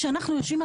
כשאנחנו נסיים את